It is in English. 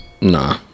Nah